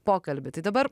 pokalbį tai dabar